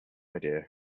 idea